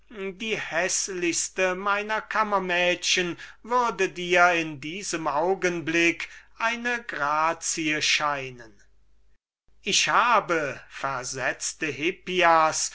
die häßlichste meiner kammermädchen dir in diesem augenblick eine grazie scheinen würde ich habe versetzte hippias